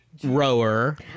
Rower